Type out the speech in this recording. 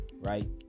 right